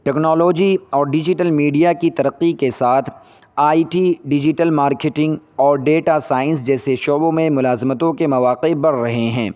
technology اور digital media کی ترقی کے ساتھ آئی ٹی ڈیجیٹل مارکیٹنگ اور ڈیٹا سائنس جیسے شعبوں میں ملازمتوں کے مواقع بڑھ رہے ہیں